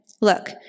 Look